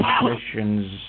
questions